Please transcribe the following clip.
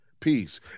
peace